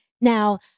Now